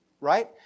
right